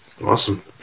Awesome